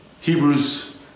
Hebrews